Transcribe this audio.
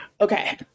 okay